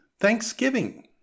Thanksgiving